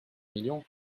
millions